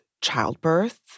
childbirth